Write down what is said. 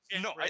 No